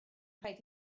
rhaid